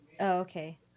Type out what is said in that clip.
okay